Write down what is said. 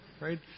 right